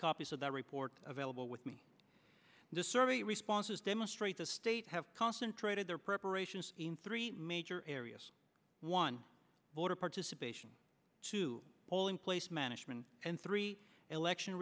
copies of that report available with me the survey responses demonstrate the states have concentrated their preparations in three major areas one voter participation two polling place management and three election